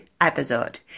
episode